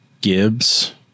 Gibbs